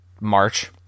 March